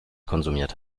konsumiert